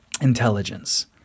intelligence